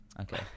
Okay